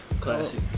Classic